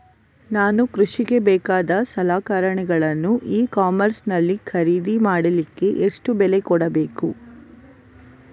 ನಾನು ಕೃಷಿಗೆ ಬೇಕಾದ ಸಲಕರಣೆಗಳನ್ನು ಇ ಕಾಮರ್ಸ್ ನಲ್ಲಿ ಖರೀದಿ ಮಾಡಲಿಕ್ಕೆ ಎಷ್ಟು ಬೆಲೆ ಕೊಡಬೇಕು?